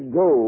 go